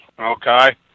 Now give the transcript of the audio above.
Okay